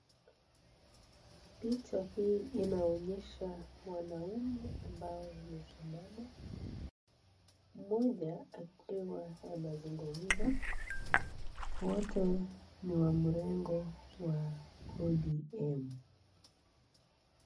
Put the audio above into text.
Picha hii inaonyesha wanaume ambao wamesimama mmoja akiwa anazungumza, wote ni wa mrengo wa (cs)ODM(cs).